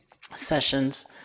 sessions